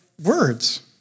words